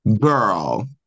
Girl